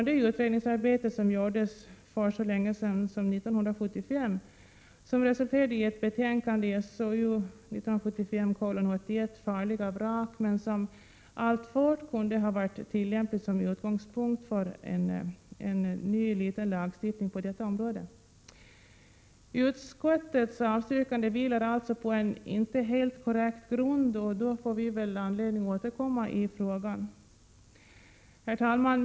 Det utredningsarbete som gjordes för så länge sedan som 1975 och som resulterade i betänkandet SOU 1975:81 ”Farliga vrak” kunde alltfort utgöra utgångspunkt för en ny liten lagstiftning på detta område. Utskottets avstyrkande vilar alltså på en inte helt korrekt grund, och då får vi väl anledning att återkomma i frågan. Herr talman!